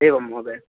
एवं महोदय